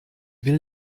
will